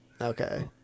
Okay